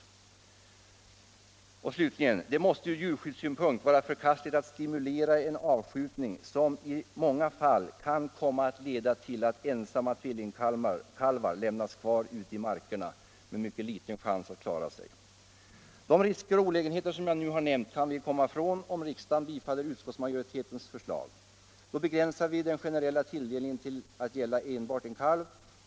Det måste slutligen ur djurskyddssynpunkt vara förkastligt att stimulera en avskjutning, som i många fall kan komma att leda till att ensamma tvillingkalvar lämnas kvar ute i markerna med mycket liten chans att klara sig. De risker och olägenheter jag nu har nämnt kan vi komma ifrån, om riksdagen bifaller utskottsmajoritetens förslag. Då begränsar vi den generella tilldelningen till att gälla enbart en kalv.